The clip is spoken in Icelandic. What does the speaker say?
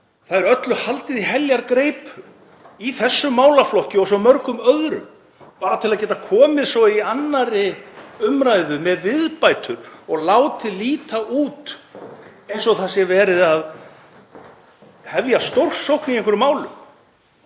rauninni haldið í heljargreipum í þessum málaflokki og svo mörgum öðrum, bara til að geta komið svo í 2. umr. með viðbætur og látið líta út eins og verið sé að hefja stórsókn í einhverjum málum.